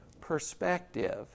perspective